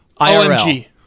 IRL